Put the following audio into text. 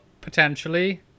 potentially